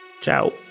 ciao